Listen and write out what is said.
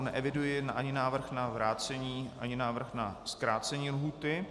Neeviduji ani návrh na vrácení ani návrh na zkrácení lhůty.